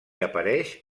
apareix